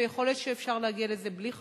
ויכול להיות שאפשר להגיע לזה בלי חקיקה,